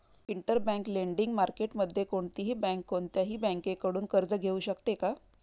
Interbank lending मार्केटमध्ये कोणतीही bank कोणत्याही बँकेकडून कर्ज घेऊ शकते का?